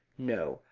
no,